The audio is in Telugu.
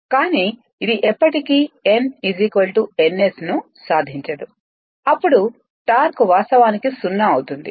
కానీ ఇది ఎప్పటికీ n ns ను సాధించదు అప్పుడు టార్క్ వాస్తవానికి 0 అవుతుంది